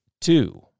two